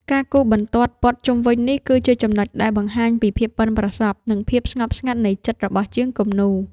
ការគូសបន្ទាត់ព័ទ្ធជុំវិញនេះ គឺជាចំណុចដែលបង្ហាញពីភាពប៉ិនប្រសប់ និងភាពស្ងប់ស្ងាត់នៃចិត្តរបស់ជាងគំនូរ។